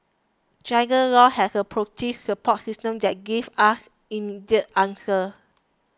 Dragon Law has a proactive support system that gives us immediate answers